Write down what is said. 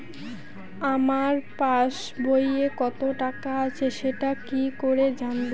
আমার পাসবইয়ে কত টাকা আছে সেটা কি করে জানবো?